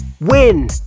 Win